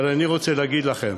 אבל אני רוצה להגיד לכם: